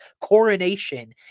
coronation